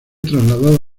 trasladada